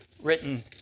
Written